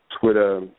Twitter